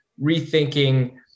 rethinking